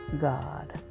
God